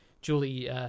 Julie